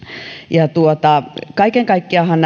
kaiken kaikkiaanhan